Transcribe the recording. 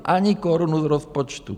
Ani korunu z rozpočtu.